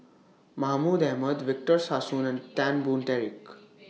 Mahmud Ahmad Victor Sassoon and Tan Boon Teik